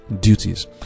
duties